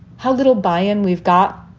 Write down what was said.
how little buy-in we've got,